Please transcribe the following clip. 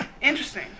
Interesting